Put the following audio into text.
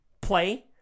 play